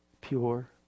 pure